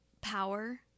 power